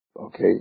Okay